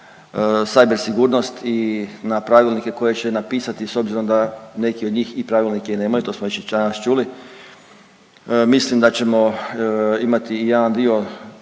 cyber sigurnost i na pravilnike koje će napisati s obzirom da neki od njih i pravilnike i nemaju, to smo već i danas čuli, mislim da ćemo imati i jedan dio